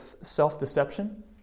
self-deception